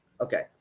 Okay